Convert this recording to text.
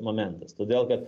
momentas todėl kad